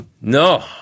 No